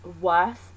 worse